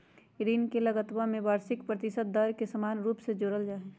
ऋण के लगतवा में वार्षिक प्रतिशत दर के समान रूप से जोडल जाहई